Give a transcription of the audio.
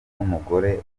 n’umugore